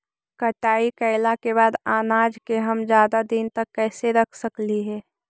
कटाई कैला के बाद अनाज के हम ज्यादा दिन तक कैसे रख सकली हे?